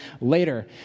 later